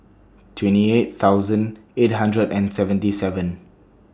twenty eight thousand eight hundred and seventy seven